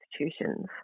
institutions